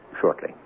shortly